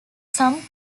some